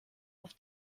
auf